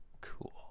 Cool